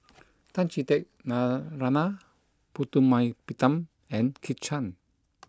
Tan Chee Teck Narana Putumaippittan and Kit Chan